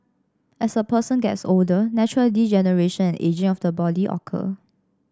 as a person gets older natural degeneration and ageing of the body occur